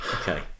Okay